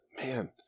man –